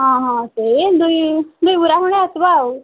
ହଁ ହଁ ସେଇ ଦୁଇ ଦୁଇ ବିଡ଼ା ଖଣ୍ଡେ ଆସିବ ଆଉ